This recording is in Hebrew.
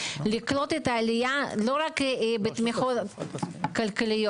לקלוט את העלייה לא רק בתמיכות כלכליות,